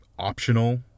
optional